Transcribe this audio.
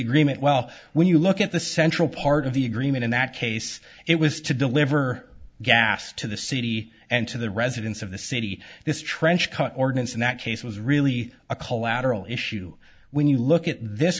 agreement well when you look at the central part of the agreement in that case it was to deliver gas to the city and to the residents of the city this trench coat ordinance in that case was really a collateral issue when you look at this